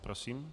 Prosím.